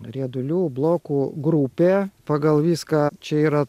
riedulių blokų grupė pagal viską čia yra